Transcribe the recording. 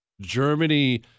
Germany